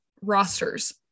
rosters